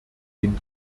den